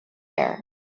air